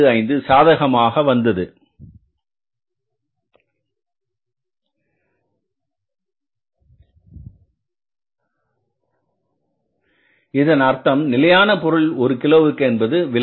25 சாதகமாக வந்தது இதன் அர்த்தம் நிலையான பொருள் ஒரு கிலோவிற்கு என்பது விலை